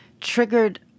triggered